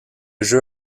jeu